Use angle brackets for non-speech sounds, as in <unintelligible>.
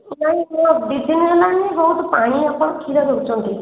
ନାଇଁ <unintelligible> ଦୁଇ ଦିନ ହେଲାଣି ବହୁତ ପାଣି ଆପଣ କ୍ଷୀର ଦେଉଛନ୍ତି